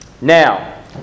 Now